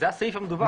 זה הסעיף המדובר.